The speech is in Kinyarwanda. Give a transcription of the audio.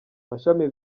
mashami